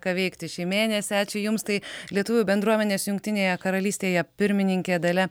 ką veikti šį mėnesį ačiū jums tai lietuvių bendruomenės jungtinėje karalystėje pirmininkė dalia